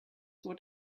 what